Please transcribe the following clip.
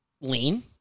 lean